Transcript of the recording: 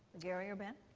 gary or ben?